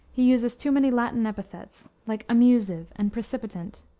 he uses too many latin epithets, like amusive and precipitant,